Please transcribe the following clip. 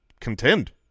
contend